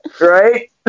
Right